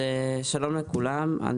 שלום לכולם,